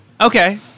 Okay